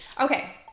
okay